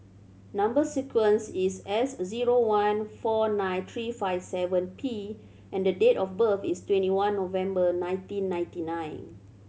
number sequence is S zero one four nine three five seven P and the date of birth is twenty one November nineteen ninety nine